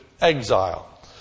exile